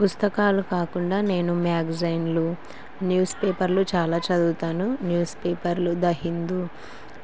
పుస్తకాలు కాకుండా నేను మ్యాగజైన్లు న్యూస్ పేపర్లు చాలా చదువుతాను న్యూస్ పేపర్లు ద హిందూ